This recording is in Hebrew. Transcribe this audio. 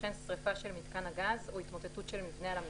וכן שריפה של מיתקן הגז או התמוטטות של מבנה על המיתקן,